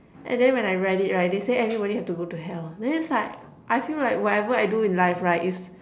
and then when I read it right they say everybody have to go to hell then it's like I feel like whatever I do in life right is